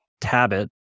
Tabit